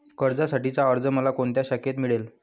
कर्जासाठीचा अर्ज मला कोणत्या शाखेत मिळेल?